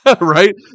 right